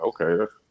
okay